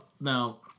now